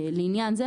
לעניין זה,